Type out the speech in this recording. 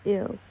Ill